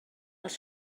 els